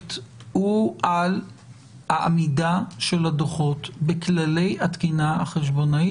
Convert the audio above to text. הריג'קט הוא על העמידה של הדוחות בכללי התקינה החשבונאים,